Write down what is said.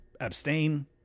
abstain